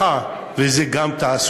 העוני זה גם רווחה וזה גם תעסוקה.